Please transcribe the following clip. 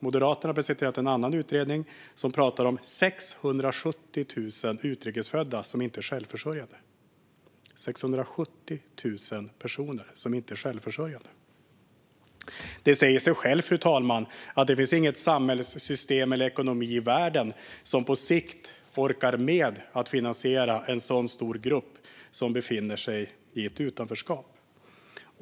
Moderaterna har presenterat en annan utredning där man talar om att 670 000 utrikesfödda inte är självförsörjande. Det säger sig självt, fru talman, att det inte finns något samhällssystem eller någon ekonomi i världen som på sikt orkar med att finansiera en sådan stor grupp som befinner sig i ett utanförskap.